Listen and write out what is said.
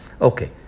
Okay